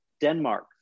Denmark